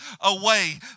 away